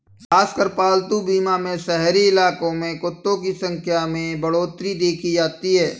खासकर पालतू बीमा में शहरी इलाकों में कुत्तों की संख्या में बढ़ोत्तरी देखी जाती है